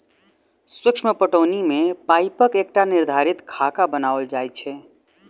सूक्ष्म पटौनी मे पाइपक एकटा निर्धारित खाका बनाओल जाइत छै